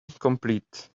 complete